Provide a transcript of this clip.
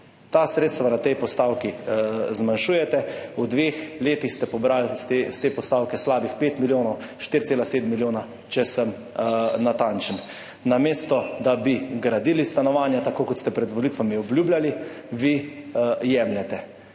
Ta sredstva na tej postavki zmanjšujete. V dveh letih ste pobrali s te postavke slabih 5 milijonov, 4,7 milijona, če sem natančen. Namesto da bi gradili stanovanja, tako kot ste pred volitvami obljubljali, vi jemljete.